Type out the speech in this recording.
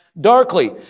darkly